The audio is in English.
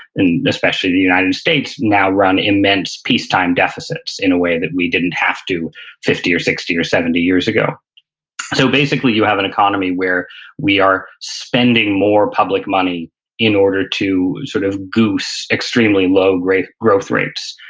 especially the united states, now run immense peacetime deficits in a way that we didn't have to fifty or sixty or seventy years ago so basically, you have an economy where we are spending more public money in order to sort of goose extremely low growth growth rates,